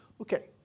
Okay